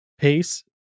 pace